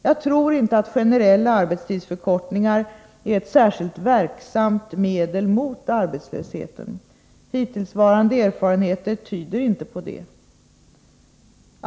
Jag tror inte att generella arbetstidsförkortningar är ett särskilt verksamt medel mot arbetslösheten. Hittillsvarande erfarenheter tyder inte på det.